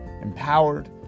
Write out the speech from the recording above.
empowered